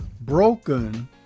Broken